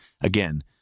again